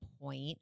point